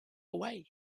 away